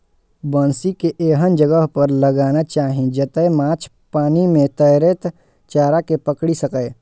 बंसी कें एहन जगह पर लगाना चाही, जतय माछ पानि मे तैरैत चारा कें पकड़ि सकय